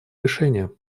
решение